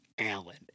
Alan